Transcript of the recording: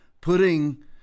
putting